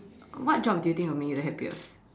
what job do you think will make you the happiest